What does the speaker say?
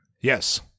Yes